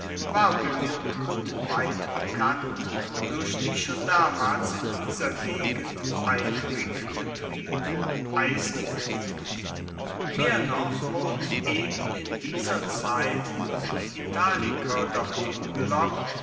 war blühend und weitbekannt durch die schon damals in dieser gegend eifrig betriebenen eisengruben mehr noch wurden eben in dieser zeit die italiker dorthin